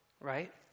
right